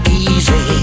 easy